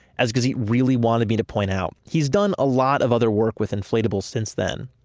as gazit really wanted me to point out he's done a lot of other work with inflatables since then.